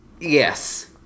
Yes